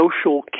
social